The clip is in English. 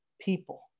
people